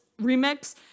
remix